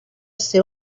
ser